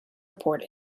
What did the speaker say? report